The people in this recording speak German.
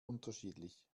unterschiedlich